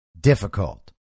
difficult